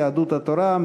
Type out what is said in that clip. יהדות התורה,